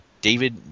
david